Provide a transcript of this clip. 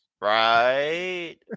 right